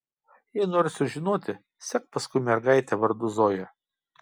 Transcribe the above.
jei nori sužinoti sek paskui mergaitę vardu zoja